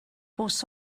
bws